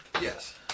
Yes